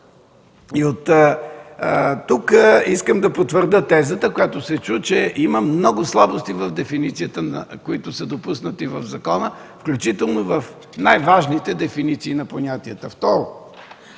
И оттук искам да потвърдя тезата, която се чу, че има много слабости в дефинициите, които са допуснати в закона, включително в най-важните дефиниции на понятията.